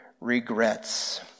regrets